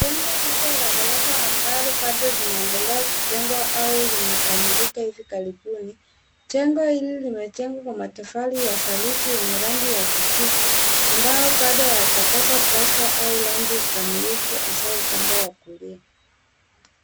Jengo kubwa la ghorofa ambalo bado linaendelea kujengwa au limekamilika hivi karibuni. Jengo hili limejengwa kwa matofali ya saruji yenye rangi ya kijivu ambao bado haijapakwa plasta au rangi kamilifu, hasa upande wa kulia